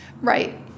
Right